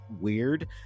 weird